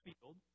field